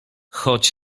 choć